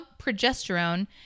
progesterone